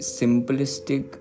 simplistic